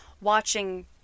watching